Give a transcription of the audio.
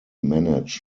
managed